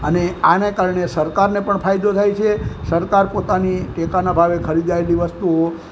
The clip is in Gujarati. અને આને કારણે સરકારને પણ ફાયદો થાય છે સરકાર પોતાની ટેકાના ભાવે ખરીદાયેલી વસ્તુઓ